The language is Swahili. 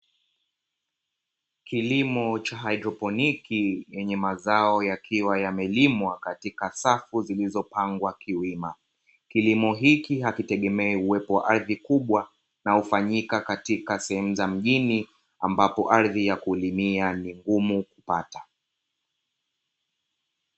Kilimo cha haidroponi yenye mazao yakiwa yamelimwa katika safu zilizopangwa kiwima, kilimo hiki hakitegemei uwepo wa ardhi kubwa inayofanyika katika sehemu za mjini, ambapo ardhi ya kulimia ni ngumu kupata.